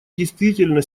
действительно